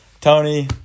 Tony